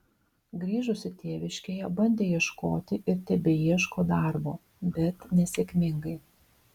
grįžusi tėviškėje bandė ieškoti ir tebeieško darbo bet nesėkmingai